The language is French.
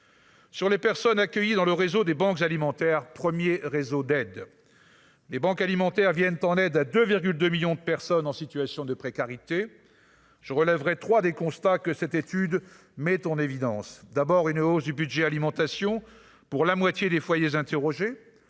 Sur les personnes accueillies dans le réseau des banques alimentaires 1er réseau d'aide les banques alimentaires viennent en aide à 2, 2 millions de personnes en situation de précarité, je relèverai trois des constats que cette étude met en évidence, d'abord, une hausse du budget alimentation pour la moitié des foyers interrogé